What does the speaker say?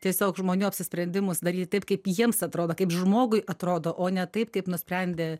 tiesiog žmonių apsisprendimus daryt taip kaip jiems atrodo kaip žmogui atrodo o ne taip kaip nusprendė